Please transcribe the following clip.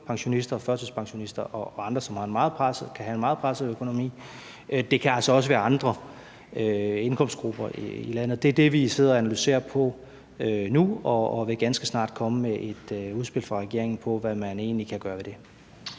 pensionister og førtidspensionister og andre, som kan have en meget presset økonomi; det kan altså også være andre indkomstgrupper i landet. Det er det, vi sidder og analyserer nu, og vi vil ganske snart komme med et udspil fra regeringen om, hvad man egentlig kan gøre ved det.